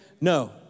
No